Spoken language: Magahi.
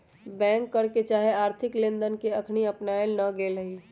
बैंक कर चाहे आर्थिक लेनदेन कर के अखनी अपनायल न गेल हइ